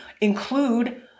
include